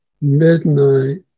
midnight